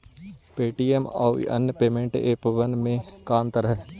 Paytm आउ अन्य payment एपबन में का अंतर हई?